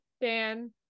Dan